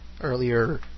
earlier